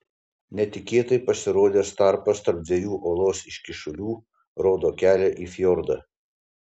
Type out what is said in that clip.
netikėtai pasirodęs tarpas tarp dviejų uolos iškyšulių rodo kelią į fjordą